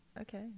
okay